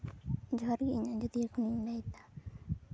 ᱡᱷᱟᱹᱨᱤ ᱤᱧ ᱟᱡᱳᱫᱤᱭᱟᱹ ᱠᱷᱚᱱᱤᱧ ᱞᱟᱹᱭᱫᱟ